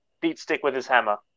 beat-stick-with-his-hammer